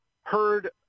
heard